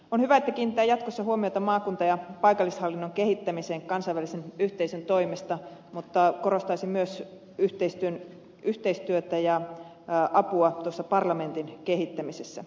on hyvä että kiinnitetään jatkossa huomiota maakunta ja paikallishallinnon kehittämiseen kansainvälisen yhteisön toimesta mutta korostaisin myös yhteistyötä ja apua tuossa parlamentin kehittämisessä